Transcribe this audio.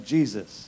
Jesus